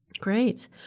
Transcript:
Great